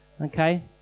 Okay